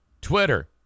Twitter